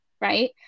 right